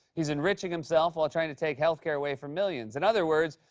he's enriching himself while trying to take healthcare away from millions. in other words,